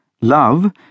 Love